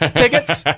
tickets